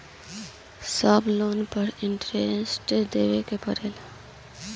सब लोन पर इन्टरेस्ट देवे के पड़ेला?